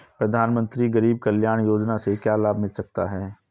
प्रधानमंत्री गरीब कल्याण योजना से क्या लाभ मिल सकता है?